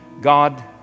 God